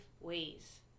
ways